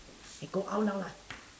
I go out now lah